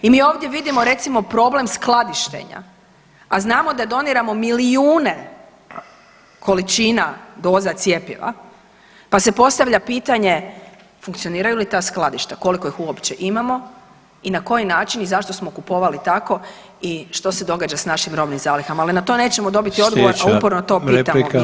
I mi ovdje vidimo recimo problem skladištenja, a znamo da doniramo milijune količina doza cjepiva, pa se postavlja pitanje funkcioniraju li ta skladišta, koliko ih uopće imamo i na koji način i zašto smo kupovali tako i što se događa s našim robnim zalihama, ali na to nećemo dobiti odgovor, a uporno to pitamo Ministra zdravstva.